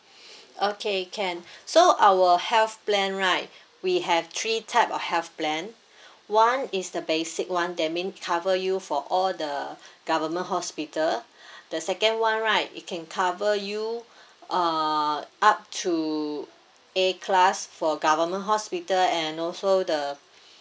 okay can so our health plan right we have three type of health plan one is the basic one that mean cover you for all the government hospital the second one right it can cover you uh up to A class for government hospital and also the